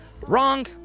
Wrong